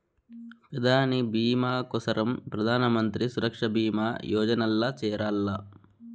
పెదాని బీమా కోసరం ప్రధానమంత్రి సురక్ష బీమా యోజనల్ల చేరాల్ల